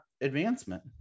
advancement